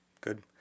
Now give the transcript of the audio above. Good